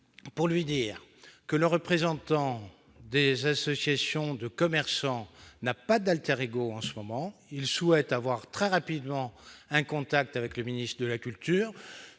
le ministre : le représentant des associations de commerçants n'a pas d'en ce moment. Il souhaite avoir, très rapidement, un contact avec le ministre de la culture.